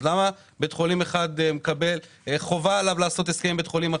אז למה בית חולים אחד חובה עליו לעשות הסכם עם בית חולים אחר,